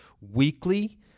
weekly